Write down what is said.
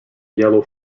yellow